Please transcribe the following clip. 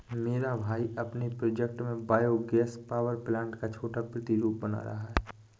मेरा भाई अपने प्रोजेक्ट में बायो गैस पावर प्लांट का छोटा प्रतिरूप बना रहा है